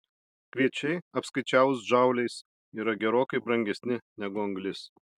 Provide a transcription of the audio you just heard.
kviečiai apskaičiavus džauliais yra gerokai brangesni negu anglis